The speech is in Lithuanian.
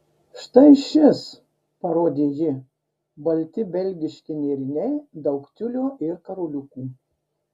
štai šis parodė ji balti belgiški nėriniai daug tiulio ir karoliukų